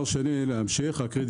הדבר השני הוא קרדיטציה,